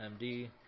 MD